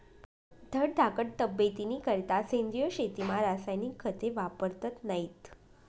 धडधाकट तब्येतनीकरता सेंद्रिय शेतीमा रासायनिक खते वापरतत नैत